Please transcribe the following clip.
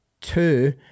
Two